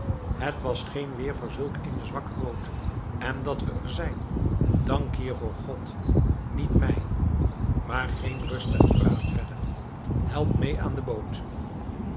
het was geen weer voor zulk eene zwakke boot en dat we er zijn dank hiervoor god niet mij maar geen rustig gepraat verder help